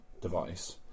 device